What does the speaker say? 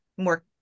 more